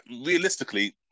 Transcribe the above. Realistically